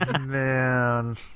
Man